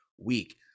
week